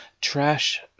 trash